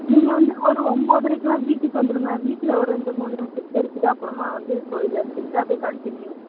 நீங்கள் வந்து ஒரு ஒம்போதைரைக்கெலாம் வீட்டுக்கு வந்துடுங்களே வீட்டில் ஒரு ரெண்டு மூணு பிக் எடுத்துவிட்டு அப்புறமா வந்து கோயிலில் எடுத்துக்கிட்டு அப்ப்டியே கண்டினியூ